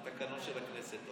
את התקנון של הכנסת,